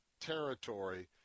territory